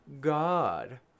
God